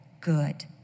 good